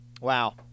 Wow